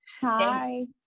Hi